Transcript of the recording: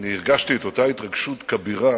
הרגשתי את אותה התרגשות כבירה